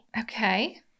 Okay